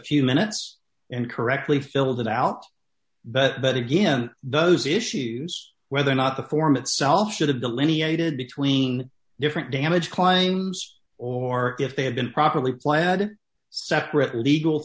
few minutes and correctly filled it out but again those issues whether or not the form itself should have delineated between different damage claims or if they have been properly planned separate legal